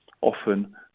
Often